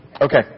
Okay